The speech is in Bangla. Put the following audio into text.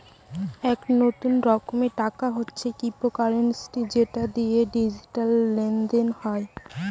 এক নতুন রকমের টাকা হচ্ছে ক্রিপ্টোকারেন্সি যেটা দিয়ে ডিজিটাল লেনদেন হয়